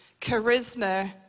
charisma